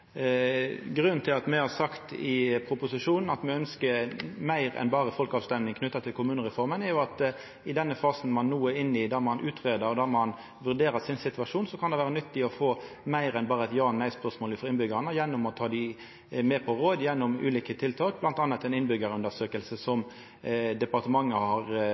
Grunnen til at me i proposisjonen har sagt at me ønskjer meir enn berre folkerøysting knytt til kommunereforma, er at det i denne fasen, som ein no er inne i, der ein utredar og vurderer situasjonen, kan vera nyttig å få meir enn berre eit ja-/nei-svar frå innbyggjarane. Ein kan ta dei med på råd gjennom ulike tiltak, bl.a. Innbyggerundersøkelsen, som departementet har